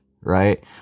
right